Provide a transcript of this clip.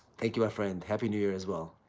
thank you, my friend, happy new year as well.